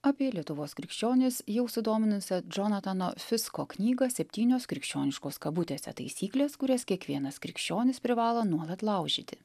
apie lietuvos krikščionis jau sudominusią džonatano fisko knygą septynios krikščioniškos kabutėse taisyklės kurias kiekvienas krikščionis privalo nuolat laužyti